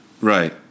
Right